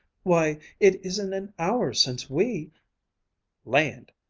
why, it isn't an hour since we land!